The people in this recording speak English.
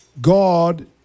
God